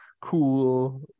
cool